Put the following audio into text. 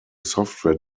software